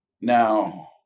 Now